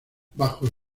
bajo